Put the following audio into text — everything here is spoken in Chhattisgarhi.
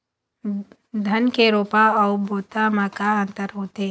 धन के रोपा अऊ बोता म का अंतर होथे?